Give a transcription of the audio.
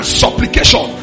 supplication